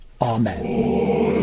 Amen